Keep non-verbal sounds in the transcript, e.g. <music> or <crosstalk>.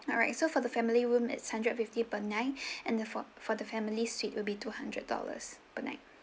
alright so for the family room it's hundred fifty per night <breath> and the for for the family suite will be two hundred dollars per night